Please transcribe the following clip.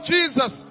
Jesus